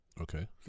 okay